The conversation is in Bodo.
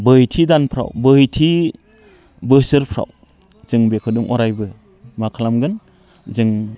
बोहैथि दानफ्राव बोहैथि बोसोरफ्राव जों बेखौनो अरायबो मा खालामगोन जों